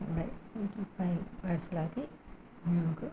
അവിടെ എനിക്ക് fine parcel ആക്കി ഞങ്ങൾക്ക്